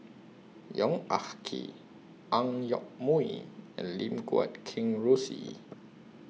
Yong Ah Kee Ang Yoke Mooi and Lim Guat Kheng Rosie